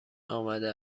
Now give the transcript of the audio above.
آمده